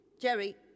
Jerry